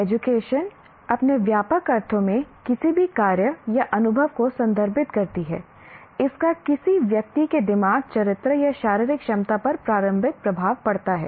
education अपने व्यापक अर्थों में किसी भी कार्य या अनुभव को संदर्भित करती है जिसका किसी व्यक्ति के दिमाग चरित्र या शारीरिक क्षमता पर प्रारंभिक प्रभाव पड़ता है